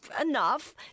enough